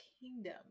kingdom